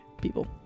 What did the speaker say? people